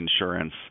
insurance